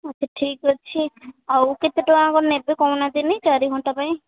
ଆଚ୍ଛା ଠିକ୍ ଅଛି ଆଉ କେତେ ଟଙ୍କା କ'ଣ ନେବେ କହୁ ନାହାନ୍ତି ଚାରି ଘଣ୍ଟା ପାଇଁ